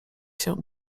się